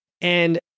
And-